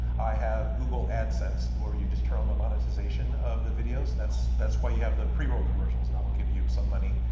i have google adsense, to where you just turn on the monetization of the videos. that's that's why you have the pre-roll commercials, and that will give you some money.